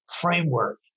framework